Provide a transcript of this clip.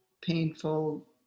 painful